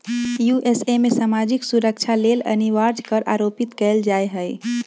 USA में सामाजिक सुरक्षा लेल अनिवार्ज कर आरोपित कएल जा हइ